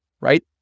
right